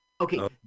Okay